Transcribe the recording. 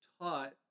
taught